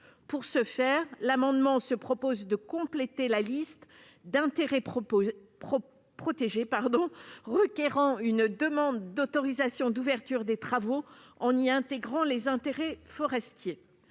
Pour ce faire, cet amendement tend à compléter la liste des intérêts protégés requérant une demande d'autorisation d'ouverture des travaux en y intégrant les intérêts forestiers.